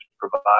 provide